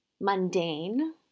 mundane